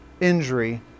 injury